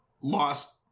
lost